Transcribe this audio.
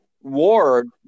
Ward